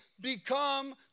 become